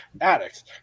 addicts